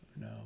no